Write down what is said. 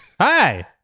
Hi